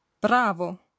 Bravo